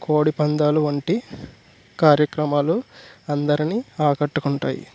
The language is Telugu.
కోడిపందాలు వంటి కార్యక్రమాలు అందరిని ఆకట్టుకుంటాయి